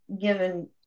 given